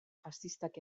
faxistak